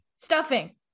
Stuffing